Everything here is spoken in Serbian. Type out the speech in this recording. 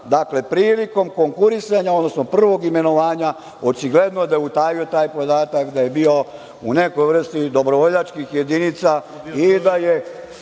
Dakle, prilikom konkurisanja, odnosno prvog imenovanja očigledno je da je utajio taj podatak da je bio u nekoj vrsti dobrovoljačkih jedinica i da je